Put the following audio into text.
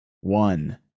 one